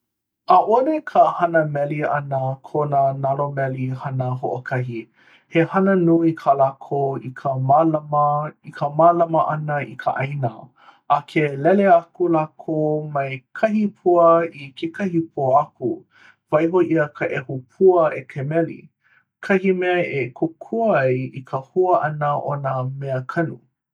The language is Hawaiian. ʻaʻole ka hana meli ʻana ko nā nalo meli hana hoʻokahi he hana nui kā lākou i ka mālama i ka mālama ʻana i ka ʻāina a ke lele aku lākou mai kahi pua i kekahi pua aku waiho ʻia ka ʻehu pua e ka meli, kahi mea e kōkua ai i ka hua ʻana o nā mea kanu